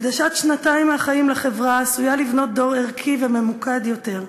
הקדשת שנתיים מהחיים לחברה עשויה לבנות דור ערכי וממוקד יותר,